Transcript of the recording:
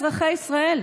אזרחי ישראל,